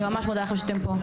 אני ממש מודה לכם שאתם פה,